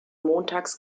montags